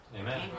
Amen